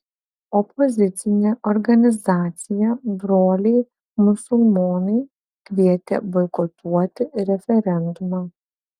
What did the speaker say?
opozicinė organizacija broliai musulmonai kvietė boikotuoti referendumą